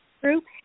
group